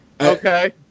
okay